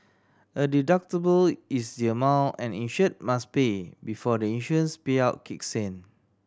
a deductible is the amount an insured must pay before the insurance payout kicks in